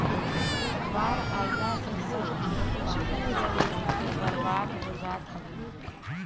बाढ़ आइला से सब खेत पानी में डूब के बर्बाद हो जात हवे